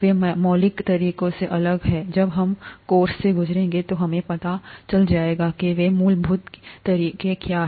वे मौलिक तरीकों से अलग हैं जब हम कोर्स से गुजरेंगे तो हमें पता चल जाएगा कि वे मूलभूत तरीके क्या हैं